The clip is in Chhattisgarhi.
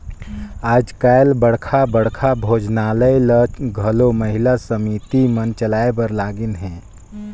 आएज काएल बड़खा बड़खा भोजनालय ल घलो महिला समिति मन चलाए बर लगिन अहें